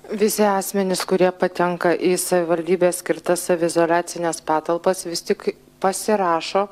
visi asmenys kurie patenka į savivaldybės skirtas saviizoliacines patalpas vis tik pasirašo